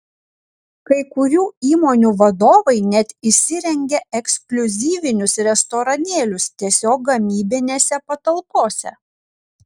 kai kurių įmonių vadovai net įsirengia ekskliuzyvinius restoranėlius tiesiog gamybinėse patalpose